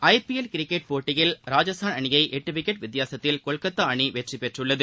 ஐ P L கிரிக்கெட்ட போட்டியில் ராஜஸ்தான் அணியை எட்டு விக்கெட் வித்தியாசத்தில் கொல்கத்தா அணி வெற்றி பெற்றுள்ளது